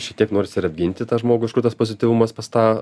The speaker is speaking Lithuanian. šiek tiek norisi ir apginti tą žmogų iš kur tas pozityvumas pas tą